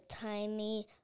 tiny